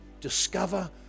Discover